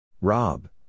Rob